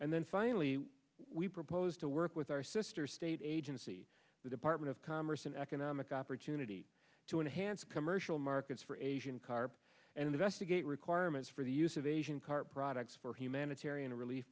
and then finally we propose to work with our sister state agency the department of commerce and economic opportunity to enhance commercial markets for asian carp and investigate requirements for the use of asian carp products for humanitarian relief